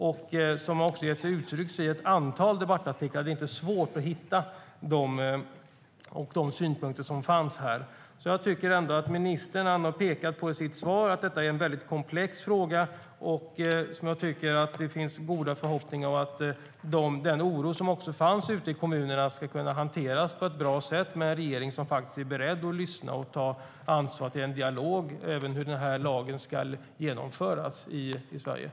Det har också uttryckts i ett antal debattartiklar. Det är inte svårt att hitta de synpunkter som fanns. Ministern pekar i sitt svar på att det är en väldigt komplex fråga. Det finns goda förhoppningar om att den oro som fanns ute i kommunerna ska kunna hanteras på ett bra sätt med en regering som är beredd att lyssna och ta ansvar för en dialog om hur lagen ska genomföras i Sverige.